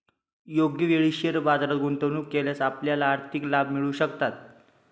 योग्य वेळी शेअर बाजारात गुंतवणूक केल्यास आपल्याला आर्थिक लाभ मिळू शकतात